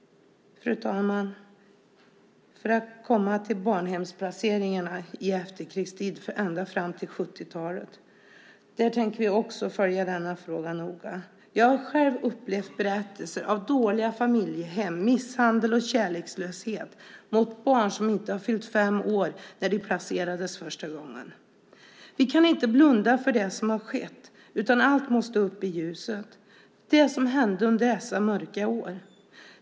Fru talman! Vad gäller barnhemsplaceringarna i efterkrigstid ända fram till 1970-talet tänker vi följa också den frågan noga. Jag har själv upplevt berättelser om dåliga familjehem, misshandel och kärlekslöshet mot barn som inte har fyllt fem år när de placerades första gången. Vi kan inte blunda för det som har skett, utan allt måste upp i ljuset, det som hände under dessa mörka år.